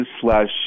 slash